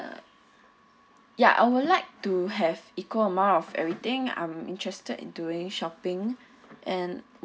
ya I would like to have equal amount of everything I'm interested in doing shopping and